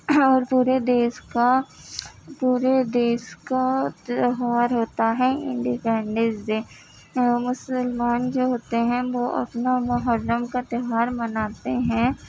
اور پورے دیش کا پورے دیش کا تیوہار ہوتا ہے انڈیپنڈنس ڈے اور مسلمان جو ہوتے ہیں وہ اپنا محرم کا تیوہار مناتے ہیں